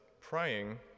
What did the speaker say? praying